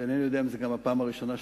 ואינני יודע אם זו גם הפעם הראשונה שלך.